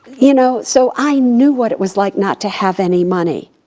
you know, so i knew what it was like not to have any money.